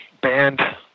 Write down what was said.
banned